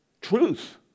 Truth